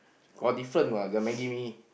got different what their maggi-mee